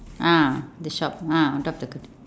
ah the shop ah on top the curtain